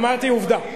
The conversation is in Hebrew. אמרתי עובדה.